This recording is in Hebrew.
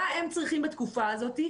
מה הם צריכים בתקופה הזאת.